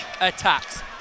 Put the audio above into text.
attacks